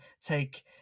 take